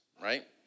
right